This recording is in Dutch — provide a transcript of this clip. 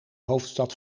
hoofdstad